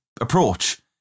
approach